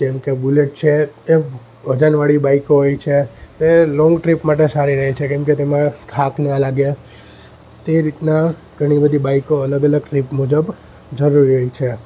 જેમકે બુલેટ છે એ વજનવાળી બાઈકો હોય છે એ લોંગ ટ્રીપ માટે સારી રહે છે કેમ કે તેમાં થાક ન લાગે તે રીતના ઘણી બધી બાઈકો અલગ અલગ ટ્રીપ મુજબ જરૂરી હોય છે